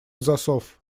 засов